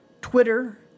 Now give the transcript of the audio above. Twitter